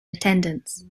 attendance